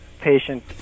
patient